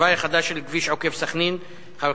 התוואי החדש של כביש עוקף-סח'נין, מס'